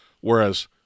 Whereas